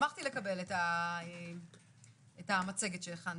שמחתי לקבל את המצגת שהכנתם.